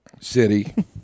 City